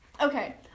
Okay